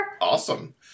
Awesome